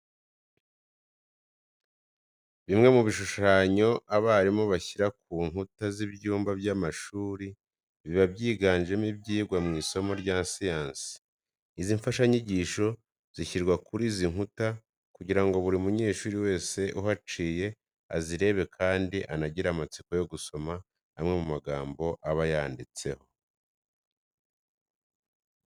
Bimwe mu bishushanyo abarimu bashyira ku nkuta z'ibyumba by'amashuri biba byiganjemo ibyigwa mu isomo rya siyansi. Izi mfashanyigisho zishyirwa kuri izi nkuta kugira ngo buri munyeshuri wese uhaciye azirebe kandi anagire amatsiko yo gusoma amwe mu magambo aba yanditseho.